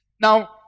Now